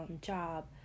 job